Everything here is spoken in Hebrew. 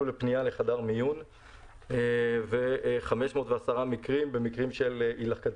לפנייה לחדר מיון ו-510 מקרים של הילכדות.